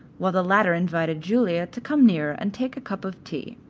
while the latter invited julia to come nearer and take a cup of tea.